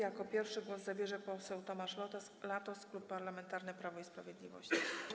Jako pierwszy głos zabierze poseł Tomasz Latos, Klub Parlamentarny Prawo i Sprawiedliwość.